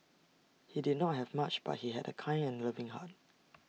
he did not have much but he had A kind and loving heart